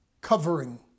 covering